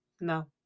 No